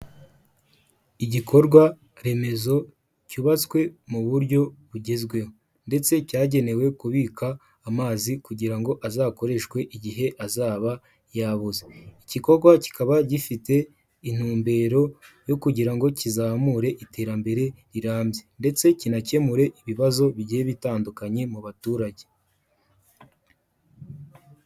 Igikorwa remezo cyubatswe mu buryo bugezweho ndetse cyagenewe kubika amazi kugira ngo azakoreshwe igihe azaba yabuze. Igikorwa kikaba gifite intumbero yo kugira ngo kizamure iterambere rirambye ndetse kinakemure ibibazo bigiye bitandukanye mu baturage.